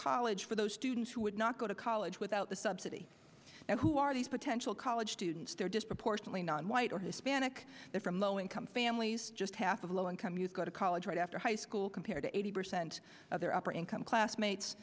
college for those students who would not go to college without the subsidy and who are these potential college students they're disproportionately non white or hispanic they're from low income families just half of low income you go to college right after high school compared to eighty percent of their upper income classmates